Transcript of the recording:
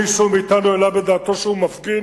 מישהו מאתנו העלה בדעתו שהוא מפגין